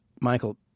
Michael